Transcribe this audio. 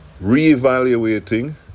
re-evaluating